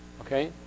okay